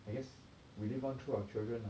I guess we live on through our children lah